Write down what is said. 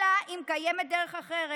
אלא אם קיימת דרך אחרת,